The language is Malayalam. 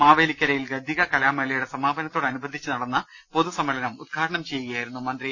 മാവേലിക്കരയിൽ ഗദ്ദിക കലാമേളയുടെ സമാപനത്തോട് അനുബന്ധിച്ച് നടന്ന പൊതുസമ്മേളനം ഉദ്ഘാടനം ചെയ്യുകയായിരുന്നു മന്ത്രി